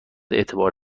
اعتبار